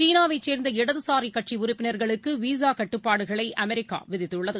சீனாவைசேர்ந்த இடதுசாரிகட்சிஉறுப்பினா்களுக்குவிசாகட்டுப்பாடுகளைஅமெரிக்காவிதித்துள்ளது